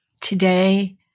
today